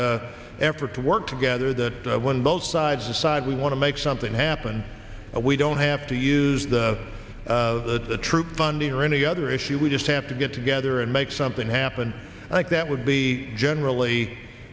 that effort to work together that when both sides decide we want to make something happen we don't have to use the troop funding or any other issue we just have to get together and make something happen like that would be generally